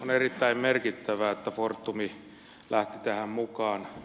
on erittäin merkittävää että fortum lähti tähän mukaan